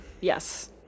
yes